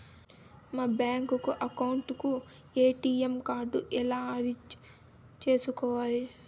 మా bank account కు ATM card ఎలా అర్జీ సేసుకోవాలి?